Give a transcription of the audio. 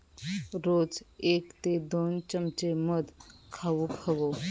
रोज एक ते दोन चमचे मध खाउक हवो